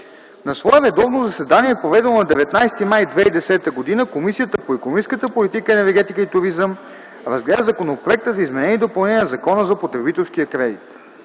На свое редовно заседание, проведено на 19 май 2010 г., Комисията по икономическата политика, енергетика и туризъм разгледа Законопроекта за изменение и допълнение на Закона за потребителския кредит.